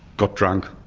got drunk.